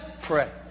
pray